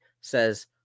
says